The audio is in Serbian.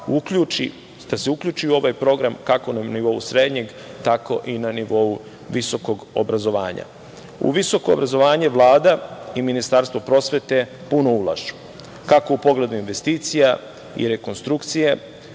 upravo da se uključi u ovaj program kako na nivou srednjeg, tako i na nivou visokog obrazovanja.U visoko obrazovanje Vlada i Ministarstva prosvete puno ulažu, kako u pogledu investicija i rekonstrukcije,